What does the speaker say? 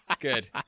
good